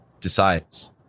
decides